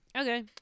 Okay